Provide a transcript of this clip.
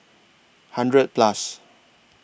hundred Plus